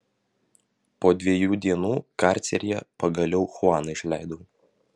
po dviejų dienų karceryje pagaliau chuaną išleidau